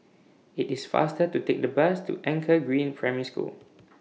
IT IS faster to Take The Bus to Anchor Green Primary School